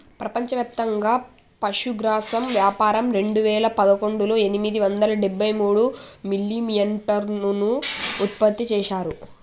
ప్రపంచవ్యాప్తంగా పశుగ్రాసం వ్యాపారం రెండువేల పదకొండులో ఎనిమిది వందల డెబ్బై మూడు మిలియన్టన్నులు ఉత్పత్తి చేశారు